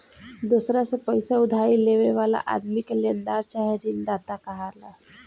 दोसरा से पईसा उधारी लेवे वाला आदमी के लेनदार चाहे ऋणदाता कहाला